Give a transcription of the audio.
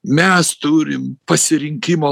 mes turim pasirinkimo